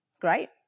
great